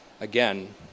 again